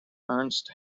ernst